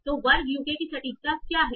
तो वर्ग यूके की सटीकता क्या है